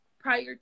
prior